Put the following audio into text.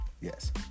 Yes